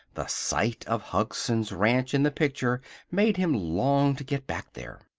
the sight of hugson's ranch in the picture made him long to get back there.